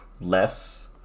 less